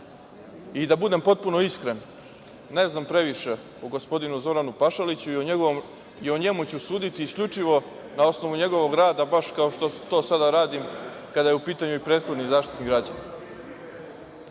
i da budem potpuno iskren, ne znam previše o gospodinu Zoranu Pašaliću i o njemu ću suditi isključivo na osnovu njegovog rada, baš kao što to sada radim kada je u pitanju i prethodni Zaštitnik građana. Kada